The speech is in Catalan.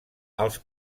els